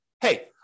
hey